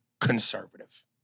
conservative